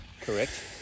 Correct